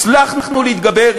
הצלחנו להתגבר,